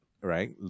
right